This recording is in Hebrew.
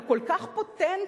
אתה כל כך פוטנטי,